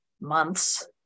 months